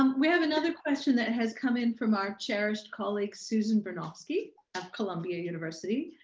um we have another question that has come in from our cherished colleague susan bernofsky of columbia university.